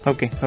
Okay